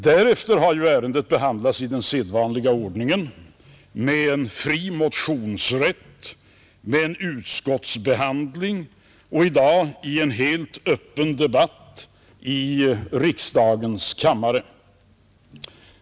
Därefter har förslaget till annonsskatt behandlats i den sedvanliga ordningen med en fri motionsrätt, med en utskottsbehandling och i dag med en helt öppen debatt i riksdagens kammare.